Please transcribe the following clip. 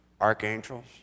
archangels